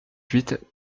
huit